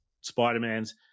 Spider-Mans